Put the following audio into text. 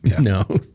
No